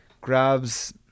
grabs